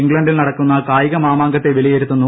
ഇംഗ്ലണ്ടിൽ നടക്കുന്ന കായിക മാമാങ്കത്തെ വിലയിരുത്തുന്നു